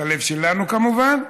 את הלב שלנו כמובן,